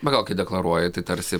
bet gal kai deklaruoji tai tarsi